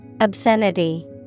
Obscenity